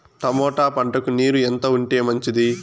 Tomato పంటకు నీరు ఎంత ఉంటే మంచిది?